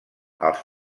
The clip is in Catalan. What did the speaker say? els